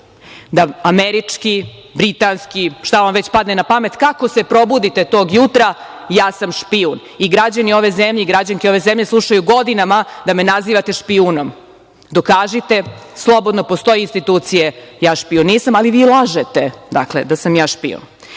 američki, britanski, šta vam već padne na pamet. Kako se probudite tog jutra - ja sam špijun. I građani i građanke ove zemlje slušaju godinama da me nazivate špijunom. Dokažite slobodno, postoje institucije. Ja špijun nisam, ali vi lažete da sam ja